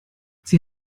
sie